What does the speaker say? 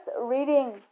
reading